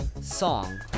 song